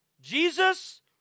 Jesus